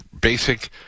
basic